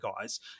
guys